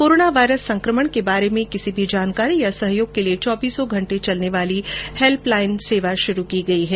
corona virus संक्रमण के बारे में किसी भी जानकारी या सहयोग के लिए चौबीसो घंटे चलने वाली हेल्पलाइन सेवा शुरू की गई है